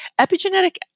Epigenetic